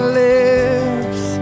lips